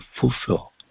fulfill